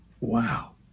Wow